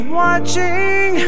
watching